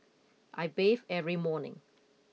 I bathe every morning